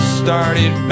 started